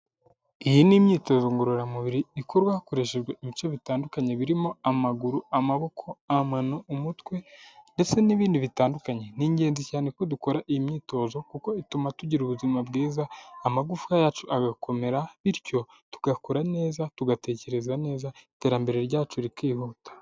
Iyi ni imyitozo ngororamubiri ikorwa hakoreshejwe ibice bitandukanye birimo amaguru, amaboko, amano, umutwe ndetse n'ibindi bitandukanye, ni ingenzi cyane ko dukora iyi myitozo kuko bituma tugira ubuzima bwiza, amagufwa yacu agakomera bityo tugakura neza, tugatekereza neza iterambere ryacu rikihuta.